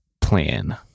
plan